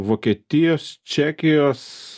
vokietijos čekijos